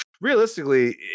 realistically